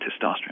testosterone